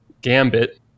gambit